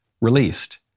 released